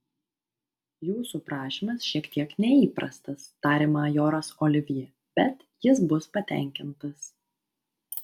jūsų prašymas šiek tiek neįprastas tarė majoras olivjė bet jis bus patenkintas